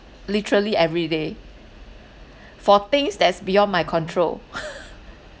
literally everyday for things that's beyond my control